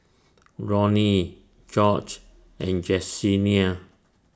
Ronny George and Jessenia